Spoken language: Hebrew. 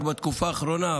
רק בתקופה האחרונה,